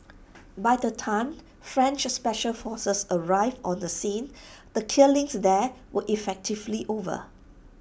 by the time French special forces arrived on the scene the killings there were effectively over